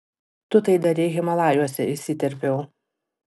tu tai darei himalajuose įsiterpiau